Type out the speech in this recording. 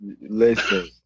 Listen